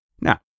Now